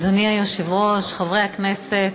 אדוני היושב-ראש, חברי הכנסת,